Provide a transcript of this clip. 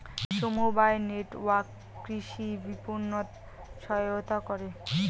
সমবায় নেটওয়ার্ক কৃষি বিপণনত সহায়তা করে